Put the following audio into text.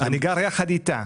אני גר יחד איתה.